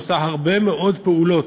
עושה הרבה מאוד פעולות,